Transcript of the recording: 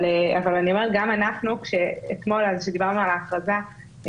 ואתמול כשדיברנו על ההכרזה,